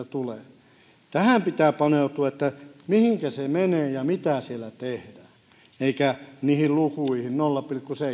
tulee tähän pitää paneutua mihin se menee ja mitä siellä tehdään eikä niihin lukuihin nolla pilkku seitsemän